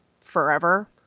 forever